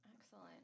Excellent